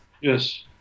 Yes